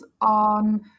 on